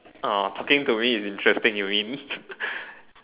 orh talking to me is interesting you mean